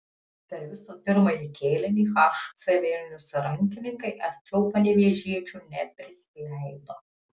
per visą pirmąjį kėlinį hc vilnius rankininkai arčiau panevėžiečių neprisileido